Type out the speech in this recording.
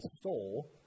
soul